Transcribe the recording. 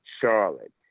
Charlotte